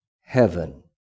heaven